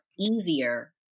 easier